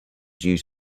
due